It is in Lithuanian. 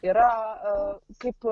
yra kaip